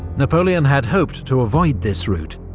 napoleon had hoped to avoid this route,